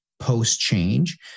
post-change